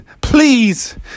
please